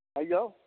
अयियौ